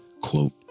quote